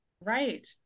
Right